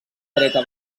dreta